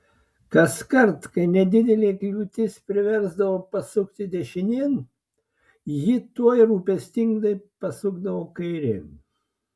kaskart kai nedidelė kliūtis priversdavo pasukti dešinėn ji tuoj rūpestingai pasukdavo kairėn